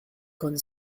con